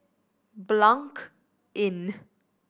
Blanc Inn